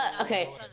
okay